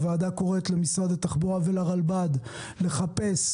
הוועדה קוראת למשרד התחבורה ולרלב"ד לחפש,